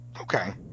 Okay